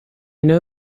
know